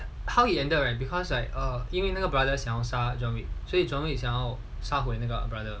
how it ended right because like err 因为那个 brother 想要杀 john wick 所以 john wick 想要杀死那个 brother